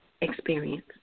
experience